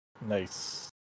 Nice